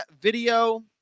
video